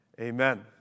Amen